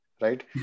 right